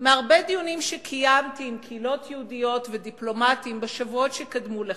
מהרבה דיונים שקיימתי עם קהילות יהודיות ודיפלומטים בשבועות שקדמו לכך.